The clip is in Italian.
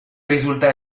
risulta